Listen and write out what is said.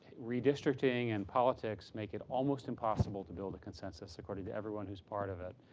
redistricting and politics make it almost impossible to build a consensus, according to everyone who's part of it.